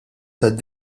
tad